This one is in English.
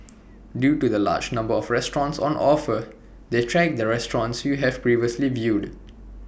due to the large number of restaurants on offer they track the restaurants you have previously viewed